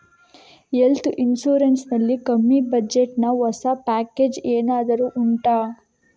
health insurance ನಲ್ಲಿ ಕಮ್ಮಿ budget ನ ಹೊಸ ಪ್ಯಾಕೇಜ್ ಏನಾದರೂ ಉಂಟಾ